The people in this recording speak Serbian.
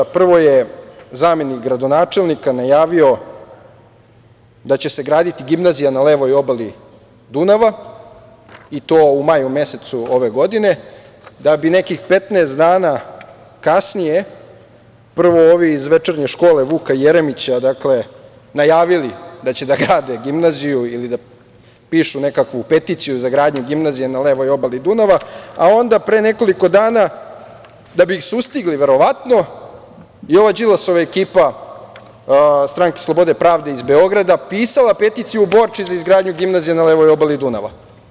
Prvo je zamenik gradonačelnika najavio da će se graditi gimnazija na levoj obali Dunava, i to u maju mesecu ove godine, da bi nekih 15 dana kasnije, prvo, ovi iz večernje škole Vuka Jeremića najavili da grade gimnaziju ili da pišu nekakvu peticiju za gradnju gimnazije na levoj obali Dunava, a onda pre nekoliko dana, da bi ih sustigli verovatno, i ova Đilasova ekipa - Stranke slobode i pravde iz Beograda pisala peticiju u Borči za izgradnju gimnazije na levoj obali Dunava.